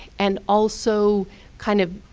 and also kind of